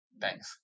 thanks